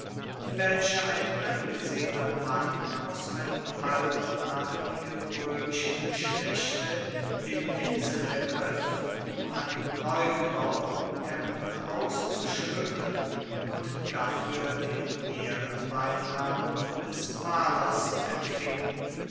in welcher ein angesehener mann aus einem altadeligen roemischen geschlechte den pinsel ergriff um einen neugebauten tempel auszuschmuecken und dafuer den ehrenbeinamen des malers empfing